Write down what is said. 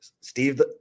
Steve